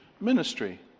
ministry